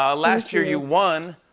ah last year you won.